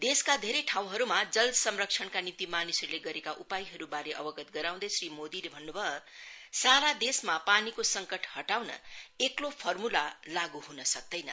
देशका धेरै ठाउँहरूमा जल संरक्षणका निम्ति मानिसहरूले गरेका उपायहरूबारे अवगत गराउँदै श्री मोदीले भन्नुभयो सारा देशमा पानीको संकट हटाउन एकलो फर्मुला लागु ह्न सक्दैन